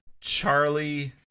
Charlie